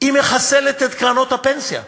מחסלת את קרנות הפנסיה.